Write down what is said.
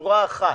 ששורה אחת